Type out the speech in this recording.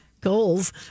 goals